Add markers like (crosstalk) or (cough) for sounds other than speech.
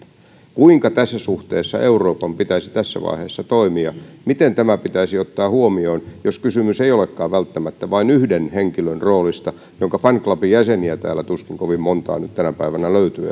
kuinka tässä suhteessa euroopan pitäisi tässä vaiheessa toimia miten tämä pitäisi ottaa huomioon jos kysymys ei olekaan välttämättä vain yhden henkilön roolista jonka fan clubin jäseniä tuskin kovin montaa nyt tänä päivänä löytyy (unintelligible)